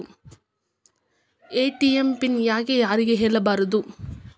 ATM PIN ಯಾಕ್ ಯಾರಿಗೂ ಹೇಳಬಾರದು?